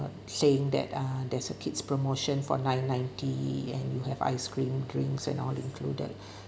saying that uh there's a kid's promotion for nine ninety and you have ice cream drinks and all included